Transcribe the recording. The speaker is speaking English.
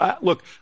Look